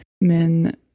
men